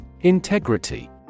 Integrity